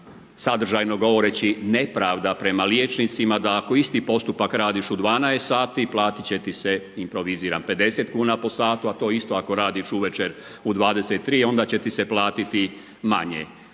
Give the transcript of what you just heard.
sadržajno govoreći nepravda prema liječnicima da ako isti postupak radiš u 12 sati, platit će ti se improviziram, 50 kn po satu a to isto ako radiš uvečer u 23, onda će ti se platiti manje.